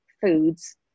foods